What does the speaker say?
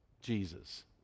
Jesus